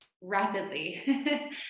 rapidly